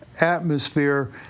atmosphere